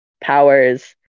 powers